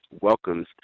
welcomes